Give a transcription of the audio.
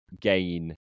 gain